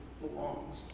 belongs